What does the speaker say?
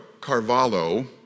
Carvalho